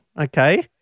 Okay